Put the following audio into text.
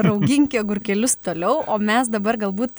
rauginki agurkėlius toliau o mes dabar galbūt